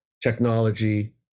technology